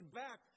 back